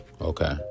Okay